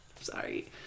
Sorry